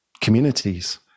communities